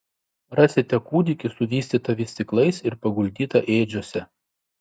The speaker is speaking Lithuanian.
rasite kūdikį suvystytą vystyklais ir paguldytą ėdžiose